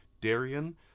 Darian